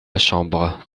chambre